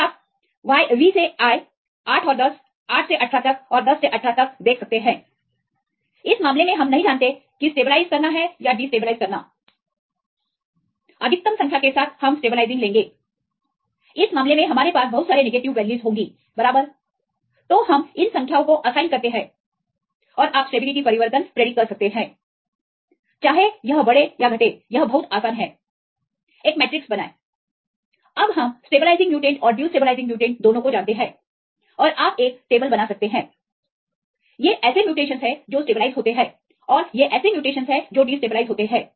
फिर आप V से I 8 और 10 8 से 18 तक और 10 से 18 तक देख सकते है इस मामले में हम नहीं जानते कि स्टेबलाइज करना या डिस्टेबलाइज करना अधिकतम संख्या के साथ हम स्टेबलाइजिंग लेंगे इस मामले में हमारे पास बहुत सारे नेगेटिव वैल्यूज होंगी बराबर तो हम इन संख्याओ को असाइन करते हैं और आप स्टेबिलिटी परिवर्तन प्रिडिक्ट कर सकते हैं चाहे यह बढ़े या घटे यह बहुत आसान है एक मैट्रिक्स बनाएं अब हम स्टेबलाइजिंग म्यूटेंट और डिस्टेबलाइजिंग म्यूटेंट को जानते हैं और आप एक टेबल बना सकते हैं ये ऐसे म्यूटेशनस हैं जो स्टेबलाइज होते हैं और ये ऐसे म्यूटेशनस हैं जो डिस्टेबलाइज होते हैं